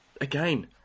again